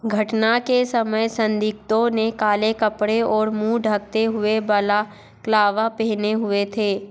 घटना के समय संदिग्धों ने काले कपड़े और मुँह ढकते हुए बला कलावा पहने हुए थे